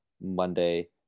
Monday